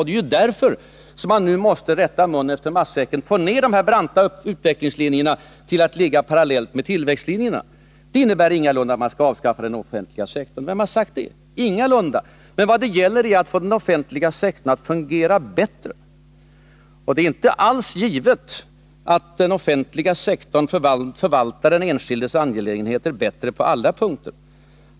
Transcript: Det är ju därför som man nu måste rätta mun efter matsäcken och få ner de branta utvecklingslinjerna till att ligga parallellt med tillväxtlinjerna. Det innebär ingalunda att man skall avskaffa den offentliga sektorn. Vem har sagt det? Det är ingalunda så, utan vad det gäller är att få den offentliga sektorn att fungera bättre. Och det är inte alls givet att den offentliga sektorn förvaltar den enskildes angelägenheter bättre på alla punkter.